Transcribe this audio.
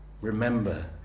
remember